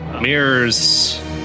mirrors